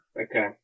Okay